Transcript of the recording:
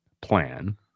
plan